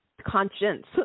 conscience